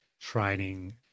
training